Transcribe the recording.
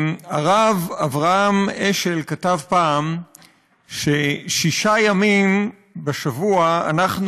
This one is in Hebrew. הרב אברהם השל כתב פעם ששישה ימים בשבוע אנחנו